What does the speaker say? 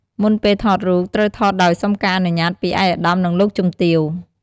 មុនពេលថតរូបត្រូវថតដោយសុំការអនុញ្ញាតពី ឯកឧត្តម និងលោកជំទាវ។